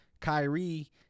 Kyrie